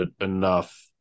enough